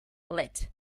lit